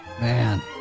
Man